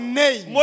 name